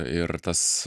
ir tas